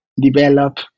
develop